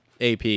ap